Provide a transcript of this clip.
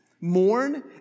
mourn